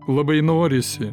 labai norisi